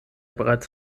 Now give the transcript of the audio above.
bereits